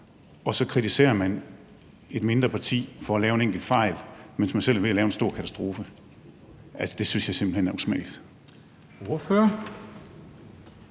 og så kritiserer man et mindre parti for at lave en enkelt fejl, mens man selv er ved at lave en stor katastrofe. Det synes jeg simpelt hen er usmageligt.